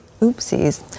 oopsies